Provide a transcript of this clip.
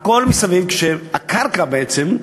כשהקרקע בעצם,